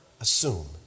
assume